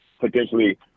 potentially